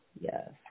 Yes